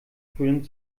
frühling